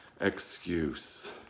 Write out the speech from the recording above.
excuse